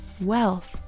Wealth